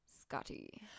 Scotty